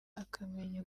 akamenya